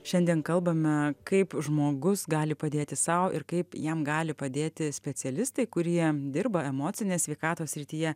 šiandien kalbame kaip žmogus gali padėti sau ir kaip jam gali padėti specialistai kurie dirba emocinės sveikatos srityje